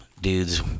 dudes